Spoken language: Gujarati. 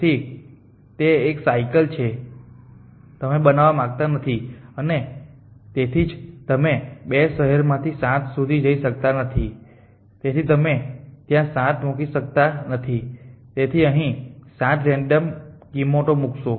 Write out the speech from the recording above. તેથી તે એક સાયકલ છે જે તમે બનાવવા માંગતા નથી અને તેથી જ તમે બે શહેરોમાંથી 7 સુધી જઈ શકતા નથી તેથી તમે ત્યાં 7 મૂકી શકતા નથી તેથી તમે અહીં 7 રેન્ડમ કિંમતો મૂકશો